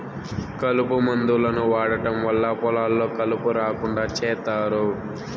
కలుపు మందులను వాడటం వల్ల పొలాల్లో కలుపు రాకుండా చేత్తారు